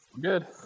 good